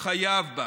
חייב בה.